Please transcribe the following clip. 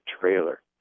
trailer